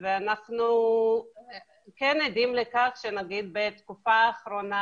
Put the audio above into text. ואנחנו כן עדים לכך שנגיד בתקופה האחרונה